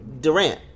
Durant